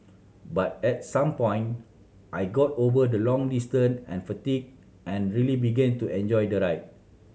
but at some point I got over the long distance and fatigue and really begin to enjoy the ride